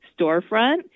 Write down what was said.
storefront